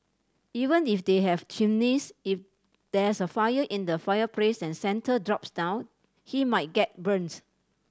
even if they have chimneys if there's a fire in the fireplace and Santa drops down he might get burnt